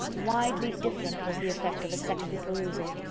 widely different was the effect of a second perusal.